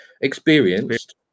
experienced